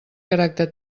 caràcter